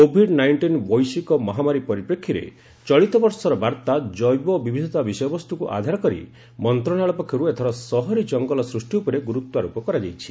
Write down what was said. Covid nineteen ବୈଶ୍ୱିକ ମହାମାରୀ ପରିପ୍ରେକ୍ଷୀରେ ଚଳିତବର୍ଷର ବାର୍ତ୍ତା ଜୈବ ବିବିଧତା ବିଷୟବସ୍ତୁକୁ ଆଧାର କରି ମନ୍ତ୍ରଣାଳୟ ପକ୍ଷରୁ ଏଥର ସହରୀ ଜଙ୍ଗଲ ସୃଷ୍ଟି ଉପରେ ଗୁରୁତ୍ୱାରୋପ କରାଯାଇଛି